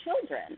children